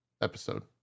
episode